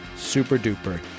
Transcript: Super-duper